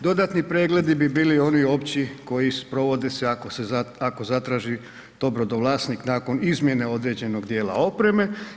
Dodatni pregledi bi bili oni opći koji provode se ako zatraži to brodovlasnik nakon izmjene određenog dijela opreme.